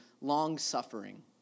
long-suffering